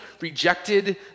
rejected